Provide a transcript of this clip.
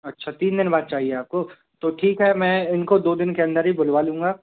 अच्छा तीन दिन बाद चाहिए आपको तो ठीक है मैं इनको दो दिन के अंदर ही बुलवा लूँगा